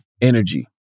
energy